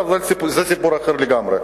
זה סיפור אחר לגמרי.